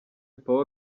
paul